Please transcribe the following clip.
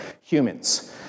humans